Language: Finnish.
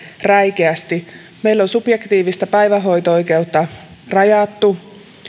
räikeästi meillä on subjektiivista päivähoito oikeutta rajattu